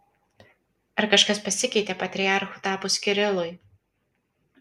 ar kažkas pasikeitė patriarchu tapus kirilui